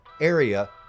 area